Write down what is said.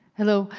hello,